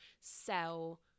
sell